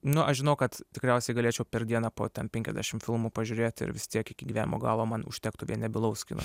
nu aš žinau kad tikriausiai galėčiau per dieną po ten penkiasdešim filmų pažiūrėti ir vis tiek iki gyvenimo galo man užtektų nebylaus kino